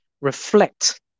reflect